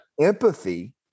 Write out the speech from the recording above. Empathy